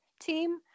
team